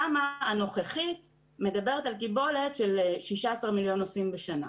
התמ"א הנוכחית מדברת על קיבולת של 16 מיליון נוסעים בשנה.